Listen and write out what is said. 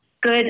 good